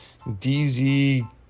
DZ